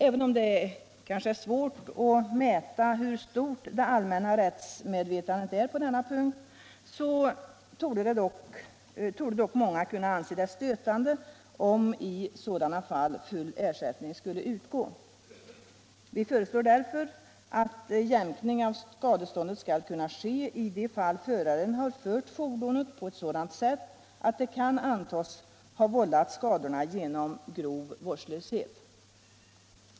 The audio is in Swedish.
Även om det kanske är svårt att mäta hur stort det allmänna rättsmedvetandet är på denna punkt torde dock många kunna anse det stötande om i sådana fall full ersättning skulle utgå. Vi föreslår därför att en jämkning av skadeståndet skall kunna göras i de fall då föraren har framfört fordonet på ett sådant sätt att det kan anses att han har vållat skadorna genom grov vårdslöshet.